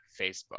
Facebook